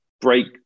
break